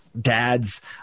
dads